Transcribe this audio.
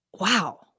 Wow